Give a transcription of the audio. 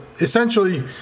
essentially